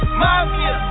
mafia